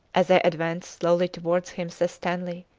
as i advanced slowly towards him, says stanley,